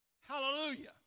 Hallelujah